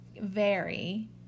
vary